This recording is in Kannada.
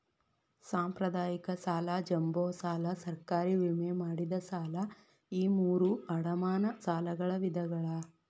ಸಾಂಪ್ರದಾಯಿಕ ಸಾಲ ಜಂಬೋ ಸಾಲ ಸರ್ಕಾರಿ ವಿಮೆ ಮಾಡಿದ ಸಾಲ ಈ ಮೂರೂ ಅಡಮಾನ ಸಾಲಗಳ ವಿಧಗಳ